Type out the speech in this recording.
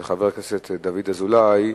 של חבר הכנסת דוד אזולאי,